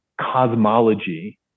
cosmology